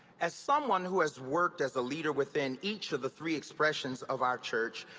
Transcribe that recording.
as someone who has worked as a leader within each of the three expressions of our church,